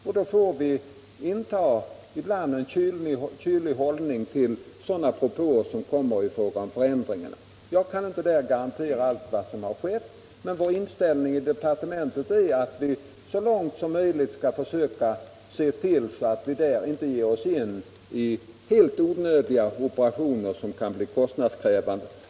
Därvid får vi ibland inta en kylig hållning till propåer om förändringar. Jag kan inte garantera allt vad som där skett, men vår inställning i departementet är att vi så långt som möjligt skall försöka se till att vi inte ger oss in i helt onödiga operationer som kan bli kostnadskrävande.